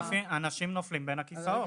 אנשים נופלים בין הכיסאות.